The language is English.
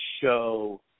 show